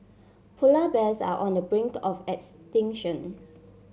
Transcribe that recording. polar bears are on the brink of extinction